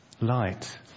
light